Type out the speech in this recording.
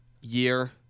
year